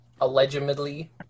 allegedly